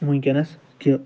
وُنٛکیٚس کہِ